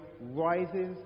rises